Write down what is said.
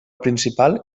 principal